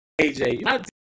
AJ